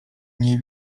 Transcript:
nie